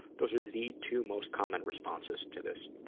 those are the two most common responses to this.